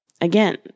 again